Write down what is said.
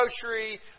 grocery